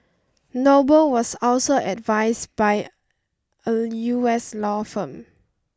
Noble was also advised by a U S law firm